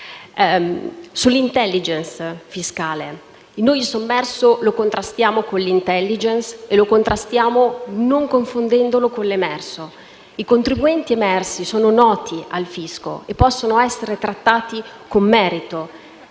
il nostro futuro. Noi il sommerso lo contrastiamo con l'*intelligence* fiscale e lo contrastiamo non confondendolo con l'emerso. I contribuenti emersi sono noti al fisco; possono essere trattati con merito